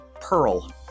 Pearl